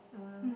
uh